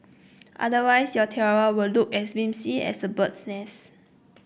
otherwise your tiara will look as wispy as a bird's nest